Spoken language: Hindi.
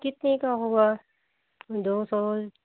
कितने का होगा दो सौ